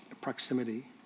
proximity